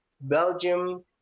Belgium